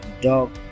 dog